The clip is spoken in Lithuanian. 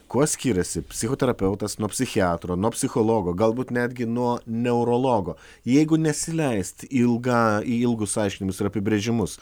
kuo skiriasi psichoterapeutas nuo psichiatro nuo psichologo galbūt netgi nuo neurologo jeigu nesileist ilgą į ilgus aiškinimus ir apibrėžimus